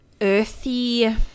earthy